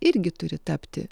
irgi turi tapti